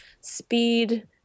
speed